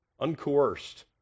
uncoerced